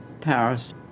Paris